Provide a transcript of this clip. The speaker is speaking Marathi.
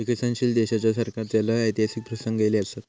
विकसनशील देशाच्या सरकाराचे लय ऐतिहासिक प्रसंग ईले असत